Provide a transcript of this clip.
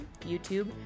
YouTube